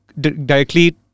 directly